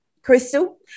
Crystal